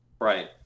Right